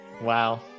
Wow